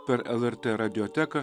per lrt radioteką